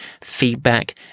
feedback